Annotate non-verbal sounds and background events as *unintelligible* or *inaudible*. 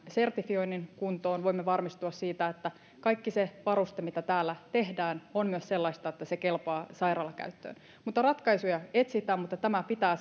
sertifioinnin kuntoon ja voimme varmistua siitä että kaikki se varuste mitä täällä tehdään on myös sellaista että se kelpaa sairaalakäyttöön ratkaisuja etsitään mutta tämä pitää *unintelligible*